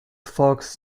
fox